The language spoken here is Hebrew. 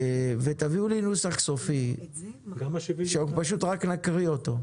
תביאו לי נוסח סופי שרק נקריא אותו.